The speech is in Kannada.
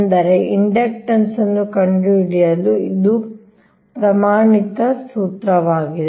ಅಂದರೆ ಇಂಡಕ್ಟನ್ಸ್ ಅನ್ನು ಕಂಡುಹಿಡಿಯಲು ಇದು ಪ್ರಮಾಣಿತ ಸೂತ್ರವಾಗಿದೆ